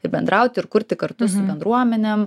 ir bendraut ir kurti kartu su bendruomenėm